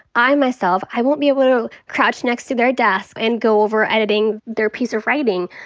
i myself, i won't be able to crouch next to their desk and go over editing their piece of writing.